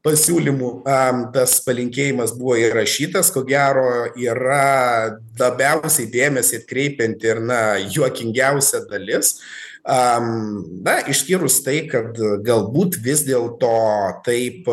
pasiūlymu am tas palinkėjimas buvo įrašytas ko gero yra labiausiai dėmesį atkreipianti ir na juokingiausia dalis am na išskyrus tai kad ir galbūt vis dėl to taip